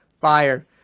fire